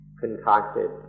concocted